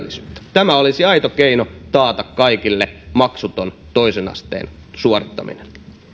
tämä olisi aito keino taata kaikille maksuton toisen asteen suorittaminen